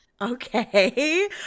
Okay